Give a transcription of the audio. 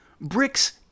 bricks